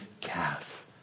calf